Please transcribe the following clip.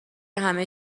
همه